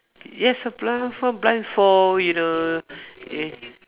yes a blindfold blindfold you know eh